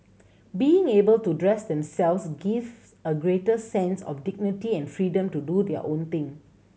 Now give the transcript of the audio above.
being able to dress themselves gives a greater sense of dignity and freedom to do their own thing